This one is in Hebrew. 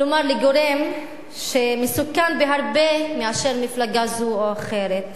כלומר, לגורם שמסוכן בהרבה מאשר מפלגה זו או אחרת.